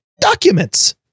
documents